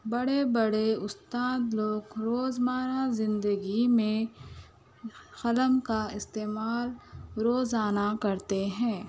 بڑے بڑے اُستاد لوگ روز مرہ زندگی میں قلم کا استعمال روزانہ کرتے ہیں